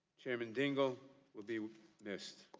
german dingell will be missed.